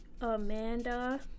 Amanda